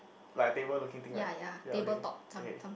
like a table looking thing right ya okay okay